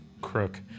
crook